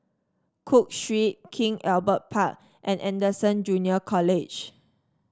Cook Street King Albert Park and Anderson Junior College